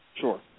sure